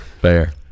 Fair